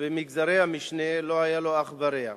ובמגזרי המשנה, לא היה להן אח ורע.